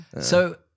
So-